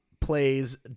plays